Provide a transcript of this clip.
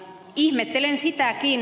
ihmettelen sitäkin